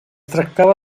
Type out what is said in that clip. tractava